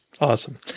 Awesome